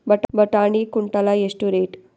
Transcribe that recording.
ಬಟಾಣಿ ಕುಂಟಲ ಎಷ್ಟು ರೇಟ್?